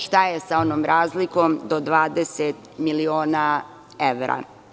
Šta je sa onom razlikom do 20.000.000 evra?